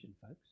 folks